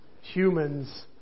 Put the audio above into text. humans